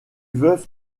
veuf